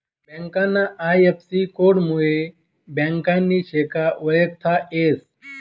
ब्यांकना आय.एफ.सी.कोडमुये ब्यांकनी शाखा वयखता येस